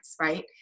right